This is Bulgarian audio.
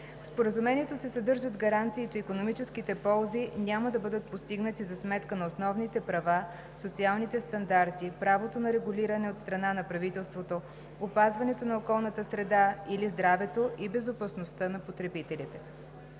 В Споразумението се съдържат гаранции, че икономическите ползи няма да бъдат постигнати за сметка на основните права, социалните стандарти, правото на регулиране от страна на правителството, опазването на околната среда или здравето и безопасността на потребителите.